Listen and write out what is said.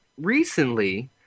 Recently